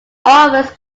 offers